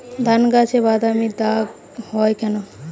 ধানগাছে বাদামী দাগ হয় কেন?